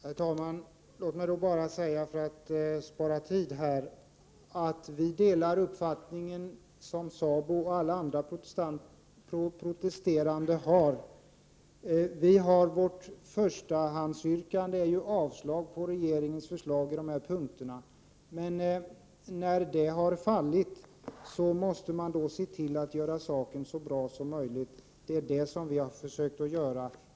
Herr talman! Låt mig bara säga, för att spara tid, att vi delar den uppfattning som SABO och alla andra protesterande har. Vårt förstahandsyrkande är ju avslag på regeringens förslag på de här punkterna, men när detta har fallit måste man se till att göra sakerna så bra som möjligt, och det är vad vi vill försöka göra.